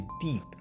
deep